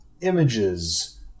images